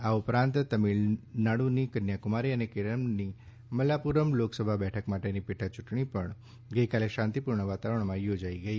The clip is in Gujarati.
આ ઉપરાંત તમિળનાડુની કન્યાકુમારી અને કેરળની મલ્લાપુરમ લોકસભા બેઠક માટેની પેટા યૂંટણી પણ આજે શાંતિપૂર્ણ વાતાવરણમાં યોજાઇ ગઈ